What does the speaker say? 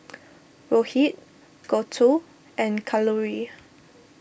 Rohit Gouthu and Kalluri